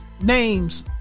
names